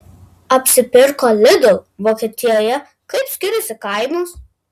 apsipirko lidl vokietijoje kaip skiriasi kainos